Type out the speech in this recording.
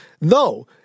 no